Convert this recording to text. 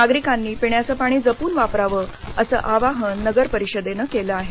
नागरिकांनी पिण्याचं पाणी जपून वापरावं असं आवाहन नगरपरिषदेनं केलं आहे